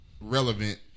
Relevant